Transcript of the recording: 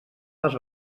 les